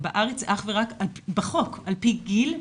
ובארץ בחוק זה אך ורק על פי גיל,